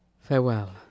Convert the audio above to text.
farewell